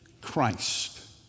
Christ